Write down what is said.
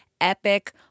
epic